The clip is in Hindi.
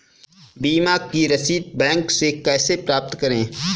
बीमा की रसीद बैंक से कैसे प्राप्त करें?